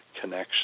connection